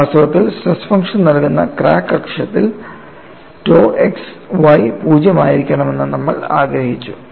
വാസ്തവത്തിൽ stress function നൽകുന്ന crack അക്ഷത്തിൽ tau xy 0 ആയിരിക്കണമെന്ന് നമ്മൾ ആഗ്രഹിച്ചു